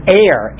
air